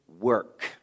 work